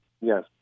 Yes